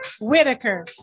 Whitaker